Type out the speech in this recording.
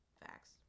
Facts